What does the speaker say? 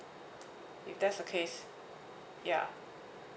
if that's a case ya